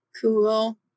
Cool